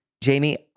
Jamie